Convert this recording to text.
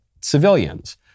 civilians